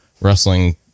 wrestling